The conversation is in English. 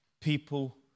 People